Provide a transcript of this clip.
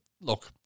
look